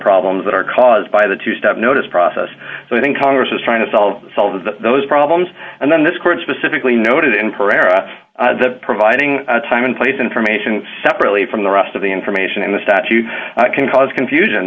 problems that are caused by the two step notice process so i think congress is trying to solve solve those problems and then this court specifically noted in pereira the providing time in place information separately from the rest of the information in the statute can cause confusion